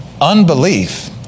Unbelief